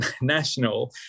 national